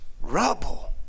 rubble